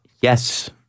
Yes